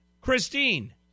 Christine